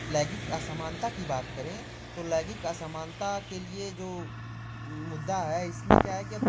लैंगिक असमानता कि बात करें तो लैंगिक असमानता के लिए जो मुद्दा है इसमें क्या है कि अब